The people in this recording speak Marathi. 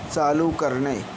चालू करणे